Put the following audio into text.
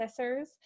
processors